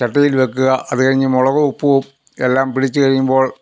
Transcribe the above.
ചട്ടിയിൽ വയ്ക്കുക അതുകഴിഞ്ഞ് മുളകും ഉപ്പും എല്ലാം പിടിച്ചു കഴിയുമ്പോൾ